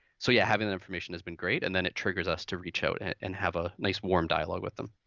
so, yeah, having that information has been great. and then it triggers us to reach out and and have a nice warm dialogue with them.